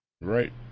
Right